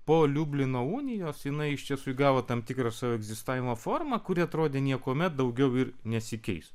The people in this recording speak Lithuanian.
po liublino unijos jinai iš tiesų įgavo tam tikrą savo egzistavimo formą kuri atrodė niekuomet daugiau ir nesikeis